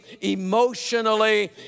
emotionally